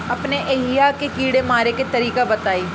अपने एहिहा के कीड़ा मारे के तरीका बताई?